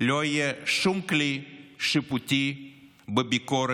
לא יהיה שום כלי שיפוטי לביקורת